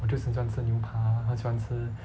我就是很喜欢吃牛排很喜欢吃